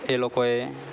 એ લોકોએ